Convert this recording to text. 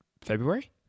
February